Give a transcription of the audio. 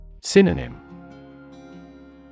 Synonym